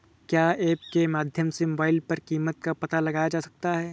क्या ऐप के माध्यम से मोबाइल पर कीमत का पता लगाया जा सकता है?